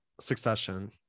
succession